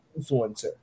influencer